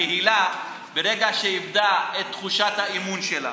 הקהילה, ברגע שאיבדה את תחושת האמון שלה